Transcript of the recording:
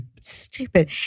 stupid